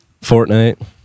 Fortnite